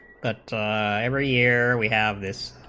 but every year we have this